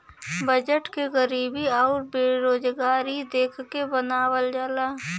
budget के गरीबी आउर बेरोजगारी के देख के बनावल जाला